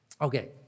Okay